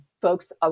Folks